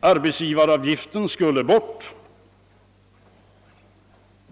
Arbetsgivaravgiften skulle bort.